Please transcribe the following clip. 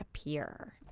appear